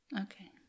Okay